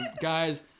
guys